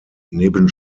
neben